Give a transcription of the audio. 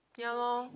ya lor